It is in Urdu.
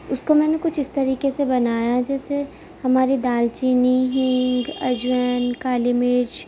اس کو میں نے کچھ اس طریقے سے بنایا ہے جیسے ہماری دال چینی ہینگ اجوائن کالی مرچ